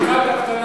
מוכת אבטלה.